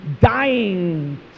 dying